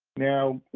now,